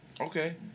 Okay